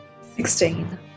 Sixteen